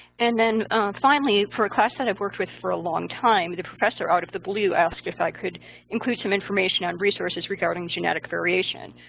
and then finally for a class that i've worked with for a long time the professor out of the blue asked if i could include some information on resources regarding genetic variation.